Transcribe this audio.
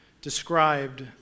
described